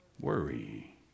Worry